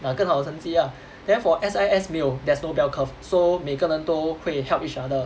ya 更好的成绩啊 then for S_I_S 没有 there's no bell curve so 每个人都会 help each other